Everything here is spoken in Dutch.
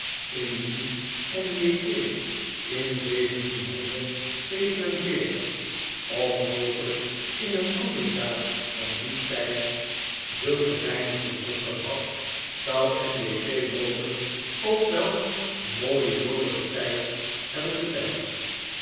veertig of mogelijk in een ander jaar van dien tijd zulke wijnen gedronken had zou m j t mogelijk ook wel mooie jolige tyd hebben beduid